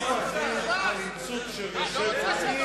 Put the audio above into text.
עריצות של יושב-ראש,